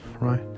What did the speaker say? right